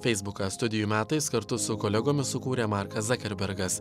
feisbuką studijų metais kartu su kolegomis sukūrė markas zakerbergas